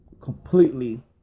completely